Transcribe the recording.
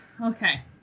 Okay